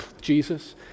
Jesus